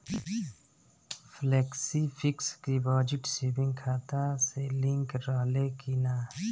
Flexi fix deposit saving खाता से link रहले कि ना?